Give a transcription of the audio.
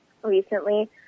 recently